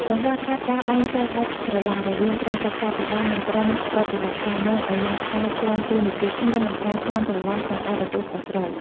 កង្វះខាតការបែងចែកដាច់ស្រឡះរវាង "ក្រុមប្រឹក្សាភិបាល" និង "ក្រុមប្រតិបត្តិ" នាំឱ្យមានការជាន់តួនាទីគ្នា និងការភាន់ច្រឡំក្នុងការទទួលខុសត្រូវ។